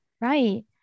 Right